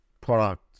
product